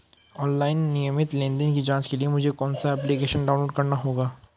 Online नियमित लेनदेन की जांच के लिए मुझे कौनसा एप्लिकेशन डाउनलोड करना होगा?